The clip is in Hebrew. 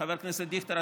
חבר הכנסת דיכטר,